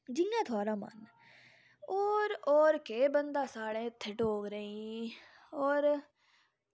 जियां थोआढ़ा मन और और केह् बनदा साढ़े इत्थें डोगरें ई और